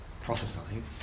prophesying